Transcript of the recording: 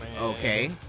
okay